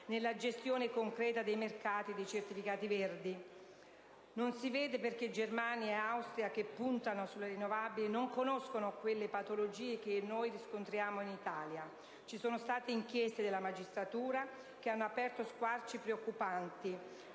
nella gestione concreta del mercato dei certificati verdi. Non si vede perché Germania e Austria, che puntano sulle rinnovabili, non conoscano quelle patologie che noi riscontriamo in Italia. Ci sono state inchieste della magistratura che hanno aperto squarci preoccupanti